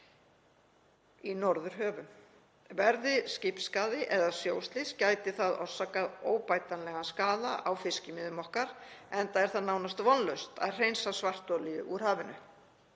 í Norðurhöfum. Verði skipskaði eða sjóslys gæti það orsakað óbætanlegan skaða á fiskimiðum okkar, enda er nánast vonlaust að hreinsa svartolíu úr hafinu.